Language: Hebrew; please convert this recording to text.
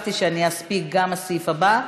חשבתי שאני אספיק גם את הסעיף הבא,